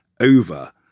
over